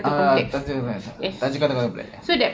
ah tanjong katong complex ya